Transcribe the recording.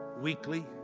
weekly